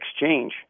exchange